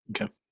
Okay